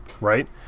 right